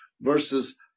versus